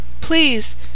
please